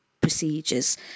procedures